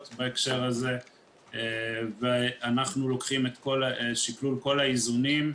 בהקשר הזה ואנחנו לוקחים את שקלול כל האיזונים.